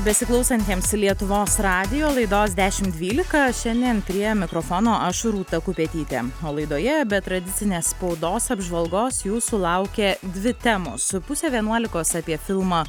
besiklausantiems lietuvos radijo laidos dešim dvylika šiandien prie mikrofono aš rūta kupetytė o laidoje be tradicinės spaudos apžvalgos jūsų laukia dvi temos pusę vienuolikos apie filmą